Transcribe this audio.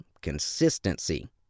consistency